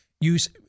use